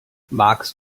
magst